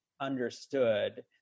understood